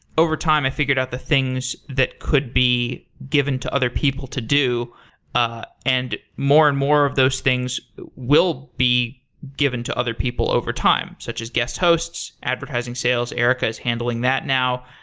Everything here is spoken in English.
overtime, i figured out the things that could be given to other people to do ah and more and more of those things will be given to other people overtime, such as guest hosts, advertising sales. erica is handling that now.